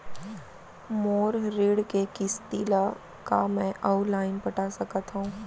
मोर ऋण के किसती ला का मैं अऊ लाइन पटा सकत हव?